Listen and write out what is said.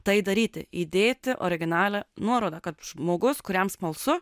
tai daryti įdėti originalią nuorodą kad žmogus kuriam smalsu